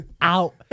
out